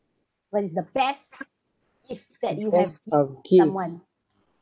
what is the best gift that you have given someone